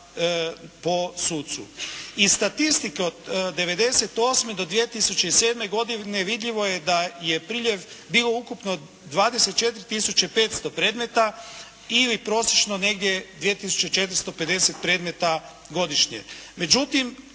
po sucu. Iz statistike od '98. do 2007. godine vidljivo je da je priljev bio ukupno 24500 predmeta ili prosječno negdje 2450 predmeta godišnje. Međutim,